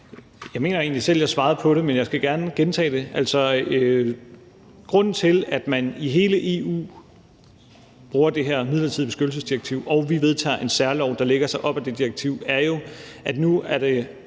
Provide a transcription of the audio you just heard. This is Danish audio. Jeg mener egentlig selv, at jeg svarede på det, men jeg skal gerne gentage det. Altså, grunden til, at man i hele EU bruger det her midlertidige beskyttelsesdirektiv og vi vedtager en særlov, der lægger sig op ad det direktiv, er jo, at nu er det